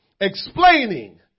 explaining